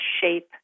shape